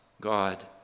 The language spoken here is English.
God